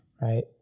right